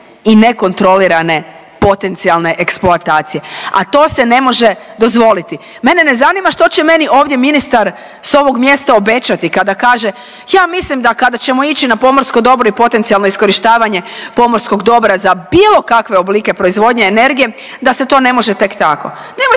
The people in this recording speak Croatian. i nekontrolirane potencijalne eksploatacije, a to se ne može dozvoliti. Mene ne zanima što će meni ministar s ovog mjesta obećati kada kaže, ja mislim da kada ćemo ići na pomorsko dobro i potencijalno iskorištavanje pomorskog dobra za bilo kakve oblike proizvodnje energije, da se ne to ne može tek tako.